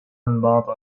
بعض